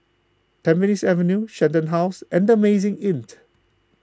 Tampines Avenue Shenton House and the Amazing Inn